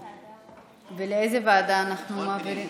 לאיזו ועדה אנחנו מעבירים?